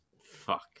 Fuck